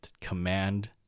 command